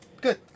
Good